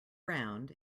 round